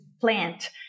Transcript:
plant